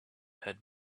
had